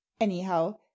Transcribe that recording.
anyhow